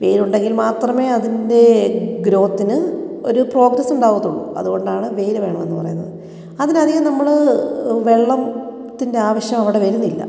വെയിൽ ഉണ്ടെങ്കിൽ മാത്രമേ അതിൻ്റെ ഗ്രോത്തിന് ഒരു പ്രോഗ്രസ് ഉണ്ടാവത്തുള്ളു അതുകൊണ്ടാണ് വെയിൽ വേണമെന്ന് പറയുന്നത് അതിന് അധികം നമ്മൾ വെള്ളംത്തിൻ്റെ ആവശ്യം അവിടെ വരുന്നില്ല